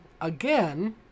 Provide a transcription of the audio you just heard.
again